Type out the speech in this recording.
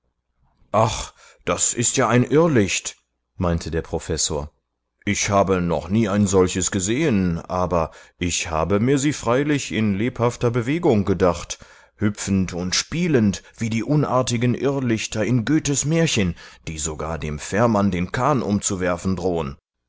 ach das ist ja ein irrlicht meinte der professor ich habe noch nie ein solches gesehen aber ich habe mir sie freilich in lebhafter bewegung gedacht hüpfend und spielend wie die unartigen irrlichter in goethes märchen die sogar dem fährmann den kahn umzuwerfen drohen